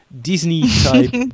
Disney-type